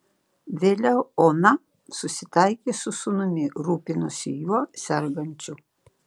vėliau ona susitaikė su sūnumi rūpinosi juo sergančiu